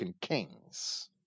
Kings